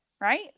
Right